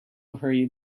hurry